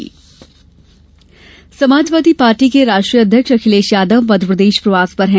Samajwadi party Samajwadi party के राष्ट्रीय अध्यक्ष अखिलेश यादव मध्यप्रदेश प्रवास पर हैं